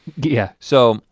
yeah. so.